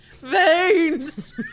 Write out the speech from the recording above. Veins